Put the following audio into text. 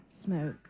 smoke